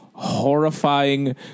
horrifying